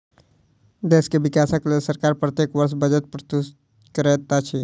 देश के विकासक लेल सरकार प्रत्येक वर्ष बजट प्रस्तुत करैत अछि